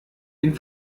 den